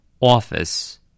Office